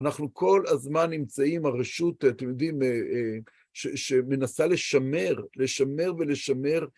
אנחנו כל הזמן נמצאים הרשות, אתם יודעים, שמנסה לשמר, לשמר ולשמר.